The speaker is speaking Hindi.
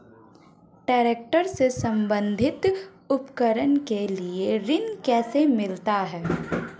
ट्रैक्टर से संबंधित उपकरण के लिए ऋण कैसे मिलता है?